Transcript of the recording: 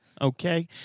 Okay